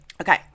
Okay